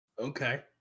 Okay